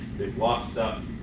they've lost stuff.